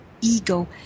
ego